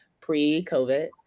pre-COVID